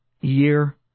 year